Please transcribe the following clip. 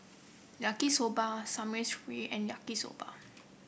Yaki Soba Samgeyopsal and Yaki Soba